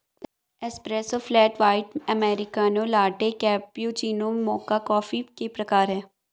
espresso, flat white, americano, latte, cappuccino, mocha coffee के प्रकार हैं